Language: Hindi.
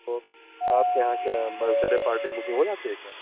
तो आपके यहाँ क्या बर्थडे पार्टी बुकिंग हो जाती है क्या